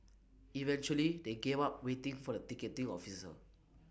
eventually they gave up waiting for the ticketing officer